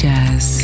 Jazz